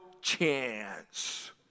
chance